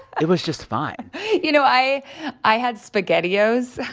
it was just fine you know, i i had spaghettios.